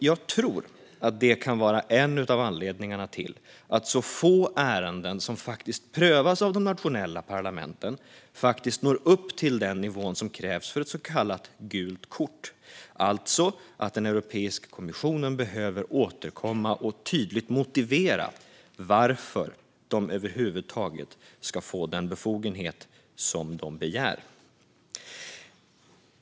Jag tror att det kan vara en av anledningarna till att så få av de ärenden som prövas av de nationella parlamenten faktiskt når upp till den nivå som krävs för ett så kallat gult kort, alltså att kommissionen behöver återkomma och tydligt motivera varför de över huvud taget ska få den befogenhet de begär.